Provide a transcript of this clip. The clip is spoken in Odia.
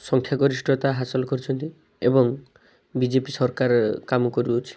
ସଂଖ୍ୟା ଗରିଷ୍ଠତା ହାସଲ କରିଛନ୍ତି ଏବଂ ବି ଜେ ପି ସରକାର କାମ କରୁଅଛି